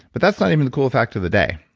but that's not even the cool fact of the day.